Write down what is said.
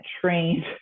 trained